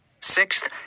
Sixth